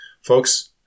Folks